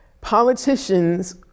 politicians